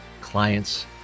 clients